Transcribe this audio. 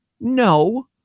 No